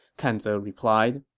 kan ze replied